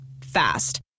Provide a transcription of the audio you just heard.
Fast